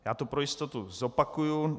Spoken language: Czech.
Já to pro jistotu zopakuju.